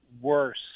worse